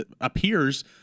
appears